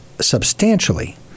substantially